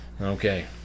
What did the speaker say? okay